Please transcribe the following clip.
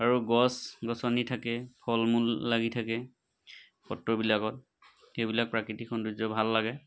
আৰু গছ গছনি থাকে ফলমূল লাগি থাকে সত্ৰবিলাকত সেইবিলাক প্ৰাকৃতিক সৌন্দৰ্য ভাল লাগে